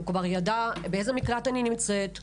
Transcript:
הוא כבר ידע באיזה מקלט אני נמצאת,